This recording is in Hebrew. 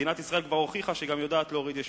מדינת ישראל כבר הוכיחה שהיא גם יודעת להוריד יישובים.